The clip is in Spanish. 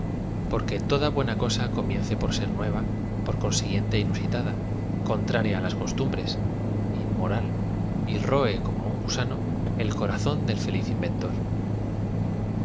porque toda buena cosa comience por ser nueva por consiguiente inusitada contraria i las costumbres inmoralf y roe como un gusano el corazón del fe liz inventor á